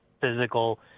physical